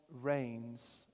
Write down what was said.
reigns